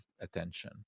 attention